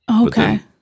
Okay